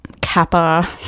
Kappa